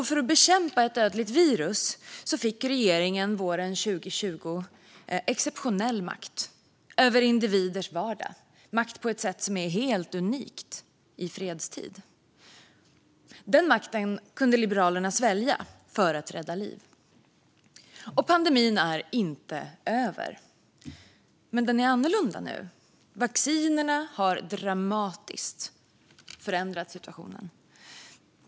För att bekämpa ett dödligt virus fick regeringen våren 2020 exceptionell makt över individers vardag, på ett sätt som är helt unikt i fredstid. Den makten kunde Liberalerna svälja för att rädda liv. Pandemin är inte över, men den är annorlunda nu. Vaccinerna har dramatiskt förändrat situationen.